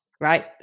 right